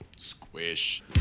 Squish